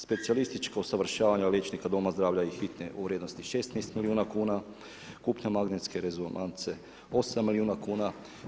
Specijalističko usavršavanje liječnika doma zdravlja i hitne u vrijednosti 16 milijuna kn, kupnja magnetske rezonance 8 milijuna kuna.